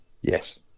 yes